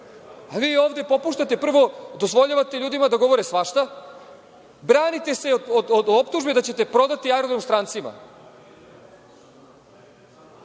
vi ovde prvo dozvoljavate ljudima da govore svašta, branite se od optužbe da ćete prodati aerodrom strancima.